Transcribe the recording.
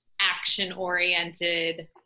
action-oriented